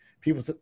people